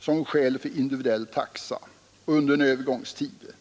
som skäl för individuell taxa under en övergångstid.